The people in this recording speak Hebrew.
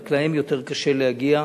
ורק להם יותר קשה להגיע.